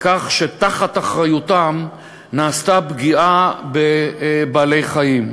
לכך שתחת אחריותם נעשתה פגיעה בבעלי-חיים.